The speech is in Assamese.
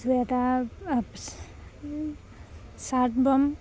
চুৱেটাৰ চাৰ্ট বম